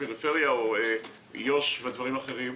בפריפריה או בוועדת המשנה ליו"ש ודברים אחרים.